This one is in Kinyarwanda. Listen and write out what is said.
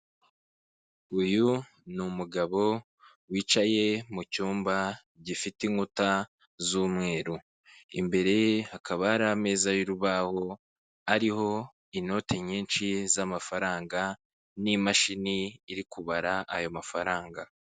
Uyu n'umugabo wicaye mu cyumba gifite inkuta z'umweru, imbere ye hakaba hari ameza y'urubaho ariho inoti nyinshi z'amafaranga n'imashini iri kubara ayo mafaranga.